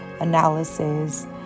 analysis